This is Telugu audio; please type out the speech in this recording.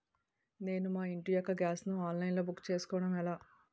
నేను మా ఇంటి యెక్క గ్యాస్ ను ఆన్లైన్ లో బుక్ చేసుకోవడం ఎలా?